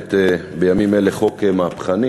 מקדמת בימים אלה חוק מהפכני